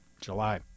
July